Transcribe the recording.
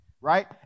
right